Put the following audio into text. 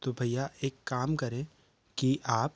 तो भईया एक काम करें कि आप